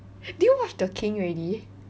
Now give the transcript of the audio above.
did you watch the king already